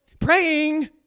praying